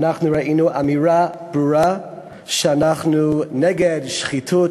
אנחנו ראינו אמירה ברורה שאנחנו נגד שחיתות,